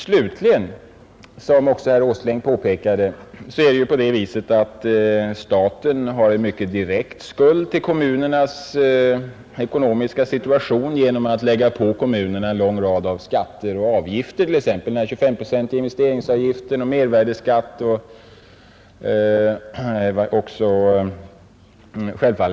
Slutligen, som också herr Åsling påpekade, har staten en mycket direkt skuld till kommunernas ekonomiska situation genom att lägga på dem en lång rad skatter och avgifter, t.ex. den 25-procentiga investeringsavgiften, mervärdeskatten och arbetsgivaravgiften.